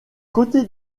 côté